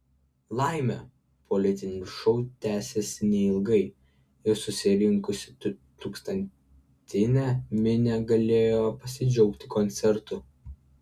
laimė politinis šou tęsėsi neilgai ir susirinkusi tūkstantinė minia galėjo pasidžiaugti koncertu